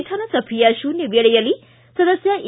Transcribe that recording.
ವಿಧಾನಸಭೆಯ ಶೂನ್ ವೇಳೆಯಲ್ಲಿ ಸದಸ್ಕ ಎ